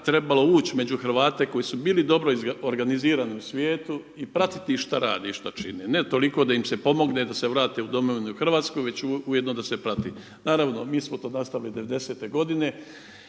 trebalo ući među Hrvate koji su bili dobro organizirani u svijetu i pratiti ih šta rade i šta čine. Ne toliko da im se pomogne da se vrate u domovinu hrvatsku već ujedno da se prati. Naravno mi smo to nastavili 90-te godine